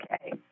okay